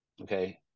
Okay